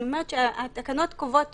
אני אומרת שהתקנות קובעות